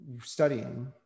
studying